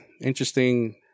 Interesting